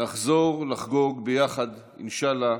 נחזור לחגוג ביחד, אינשאללה,